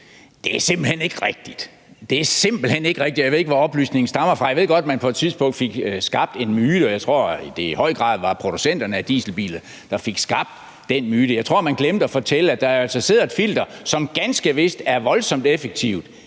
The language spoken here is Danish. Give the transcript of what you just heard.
Det er simpelt hen ikke er rigtigt, og jeg ved ikke, hvor oplysningen stammer fra. Jeg ved godt, man på et tidspunkt fik skabt den myte – og jeg tror i høj grad, det var producenterne af dieselbilerne, der fik skabt den myte – men jeg tror, man glemte at fortælle, at der altså sidder et filter, som indrømmet ganske vist er voldsomt effektivt,